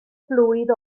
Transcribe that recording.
blwydd